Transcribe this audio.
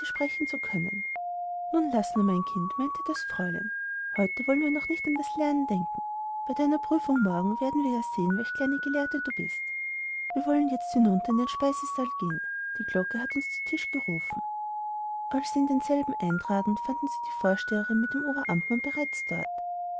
sprechen zu können nun laß nur mein kind meinte das fräulein heute wollen wir noch nicht an das lernen denken bei deiner prüfung morgen werden wir ja sehen welch kleine gelehrte du bist wir wollen jetzt hinunter in den speisesaal gehen die glocke hat uns zu tisch gerufen als sie in denselben eintraten fanden sie die vorsteherin mit dem oberamtmann bereits dort